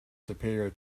superior